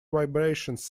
vibrations